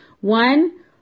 One